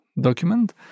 document